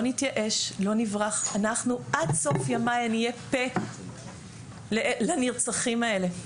לא נתייאש לא נברח ,אנחנו עד סוף ימי נהיה פה לנרצחים האלה,